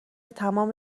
تمام